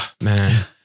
man